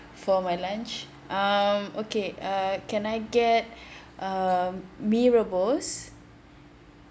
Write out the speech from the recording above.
for my lunch um okay uh can I get um mee rebus